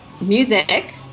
music